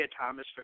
Thomas